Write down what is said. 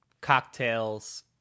cocktails